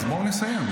אז בואו נסיים.